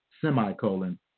semicolon